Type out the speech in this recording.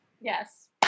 Yes